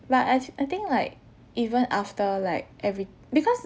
but I c~ I think like even after like every because